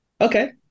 Okay